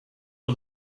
for